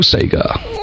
Sega